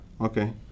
Okay